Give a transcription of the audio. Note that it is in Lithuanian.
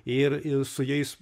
ir ir su jais